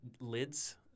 lids